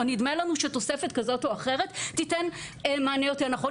או נדמה לנו שתוספת כזאת או אחרת תתן מענה יותר נכון,